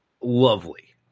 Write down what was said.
lovely